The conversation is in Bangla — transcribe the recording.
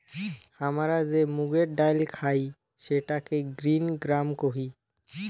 হামরা যে মুগের ডাল খাই সেটাকে গ্রিন গ্রাম কোহি